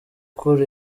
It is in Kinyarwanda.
cool